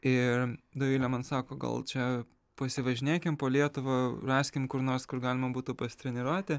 ir dovilė man sako gal čia pasivažinėkim po lietuvą raskim kur nors kur galima būtų pasitreniruoti